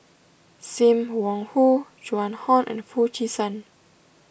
Sim Wong Hoo Joan Hon and Foo Chee San